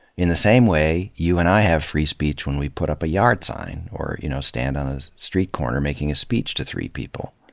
in the same way you and i have free speech when we put up a yard sign or you know stand on a street corner making a speech to three people.